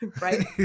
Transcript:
right